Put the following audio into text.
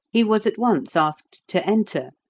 he was at once asked to enter,